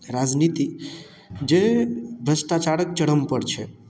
राजनीति जे भ्रष्टाचारक चरम पर छै